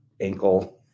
ankle